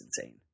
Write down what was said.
insane